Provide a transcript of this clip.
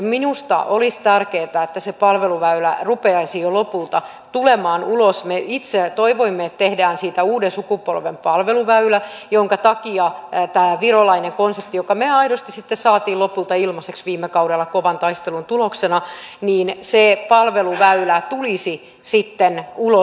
minusta olisi tärkeätä että se palveluväylä rupeaisi jo lopulta tulemaan ulos kun me itse toivoimme että tehdään siitä uuden sukupolven palveluväylä ja sen takia on tämä virolainen konsepti jonka me aidosti saimme lopulta ilmaiseksi viime kaudella kovan taistelun tuloksena niin se palveluväylä tulisi sitten ulos